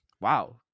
Wow